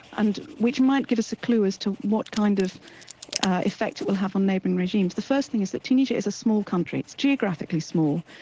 and which might give us a clue as to what kind of effect it will have on neighbouring regimes. the first thing is that tunisia is a small country, it's geographically small,